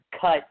cut